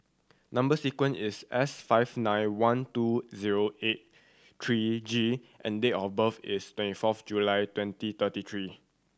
number sequence is S five nine one two zero eight three G and date of birth is twenty fourth July twenty twenty three